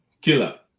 Killer